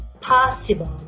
Possible